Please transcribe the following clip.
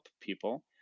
people